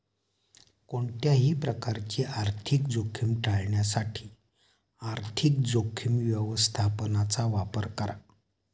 कोणत्याही प्रकारची आर्थिक जोखीम टाळण्यासाठी आर्थिक जोखीम व्यवस्थापनाचा वापर करा